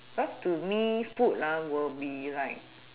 cause to me food ah will be like